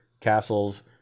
castles